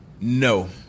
No